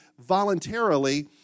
voluntarily